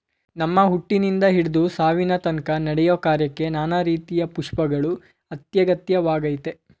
ನಮ್ಮ ಹುಟ್ಟಿನಿಂದ ಹಿಡ್ದು ಸಾವಿನತನ್ಕ ನಡೆಯೋ ಕಾರ್ಯಕ್ಕೆ ನಾನಾ ರೀತಿ ಪುಷ್ಪಗಳು ಅತ್ಯಗತ್ಯವಾಗಯ್ತೆ